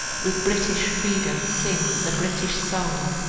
with british freedom, sing the british song.